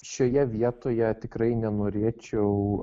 šioje vietoje tikrai nenorėčiau